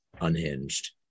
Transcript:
unhinged